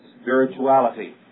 spirituality